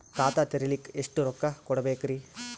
ಖಾತಾ ತೆರಿಲಿಕ ಎಷ್ಟು ರೊಕ್ಕಕೊಡ್ಬೇಕುರೀ?